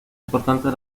importantes